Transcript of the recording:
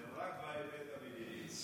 סיפוח זה רק בהיבט המדיני.